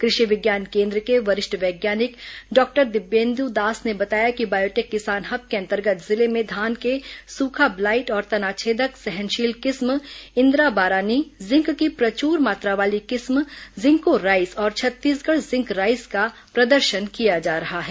कृषि विज्ञान केन्द्र के वरिष्ठ वैज्ञानिक डॉक्टर दिब्येन्द्र दास ने बताया कि बायोटेक किसान हब के अंतर्गत जिले में धान के सूखा ब्लाइट और तनाछेदक सहनशील किस्म इंदिरा बारानी जिंक की प्रचुर मात्रा वाली किस्म जिंको राईस और छत्तीसगढ़ जिंक राईस का प्रदर्शन किया जा रहा है